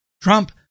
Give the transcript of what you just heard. Trump